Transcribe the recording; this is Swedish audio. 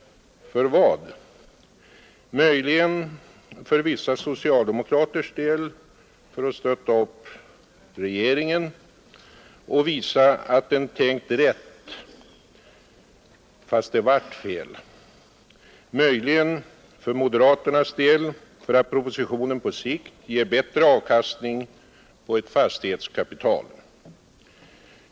För vad? Möjligen, för vissa socialdemokraters del, för att stötta upp regeringen och visa att den har tänkt rätt — fast det vart fel. Möjligen, för moderaternas del, för att propositionen på sikt ger bättre avkastning på ett fastighetskapital.